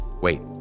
Wait